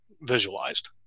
visualized